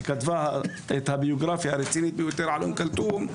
שכתבה את הביוגרפיה הרצינית ביותר על אום כולתום,